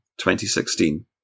2016